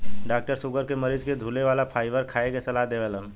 doctor sugar के मरीज के धुले वाला फाइबर खाए के सलाह देवेलन